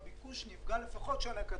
כי הביקוש נפגע לפחות שנה קדימה.